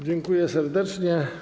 Dziękuję serdecznie.